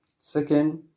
second